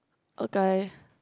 okay